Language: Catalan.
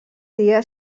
dia